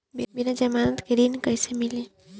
बिना जमानत के ऋण कैसे मिली?